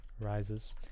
rises